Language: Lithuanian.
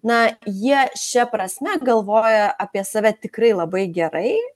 na jie šia prasme galvoja apie save tikrai labai gerai